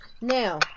Now